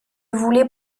voulais